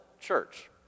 church